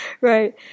Right